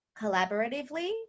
collaboratively